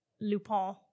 Lupin